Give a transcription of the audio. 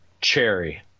cherry